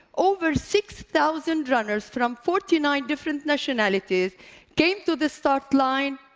over six thousand runners from forty nine different nationalities came to the start line,